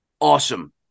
awesome